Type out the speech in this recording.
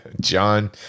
John